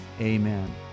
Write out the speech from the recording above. amen